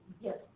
Yes